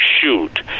shoot